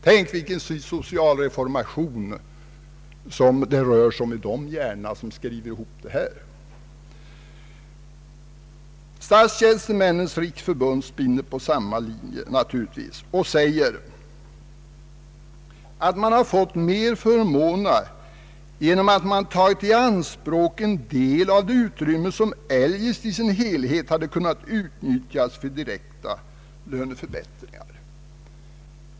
Tänk vilken socialreformation det rör sig om i de hjärnor som skrivit ihop det här! Statstjänstemännens riksförbund spinner naturligtvis på samma linje och säger att man har fått merförmånerna genom att man tagit i anspråk en del av det utrymme som eljest i sin helhet hade kunnat utnyttjas för direkta löneförbättringar.